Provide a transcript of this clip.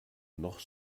noch